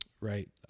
Right